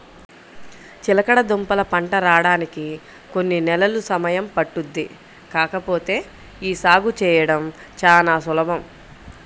చిలకడదుంపల పంట రాడానికి కొన్ని నెలలు సమయం పట్టుద్ది కాకపోతే యీ సాగు చేయడం చానా సులభం